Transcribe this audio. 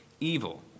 evil